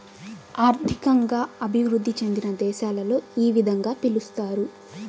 ఆర్థికంగా అభివృద్ధి చెందిన దేశాలలో ఈ విధంగా పిలుస్తారు